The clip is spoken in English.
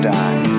die